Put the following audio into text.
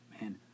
Man